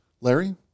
Larry